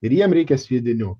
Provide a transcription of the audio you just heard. ir jiem reikia sviedinių